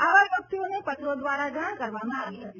આવા વ્યક્તિઓને પત્રો દ્વારા જાણ કરવામાં આવી હતી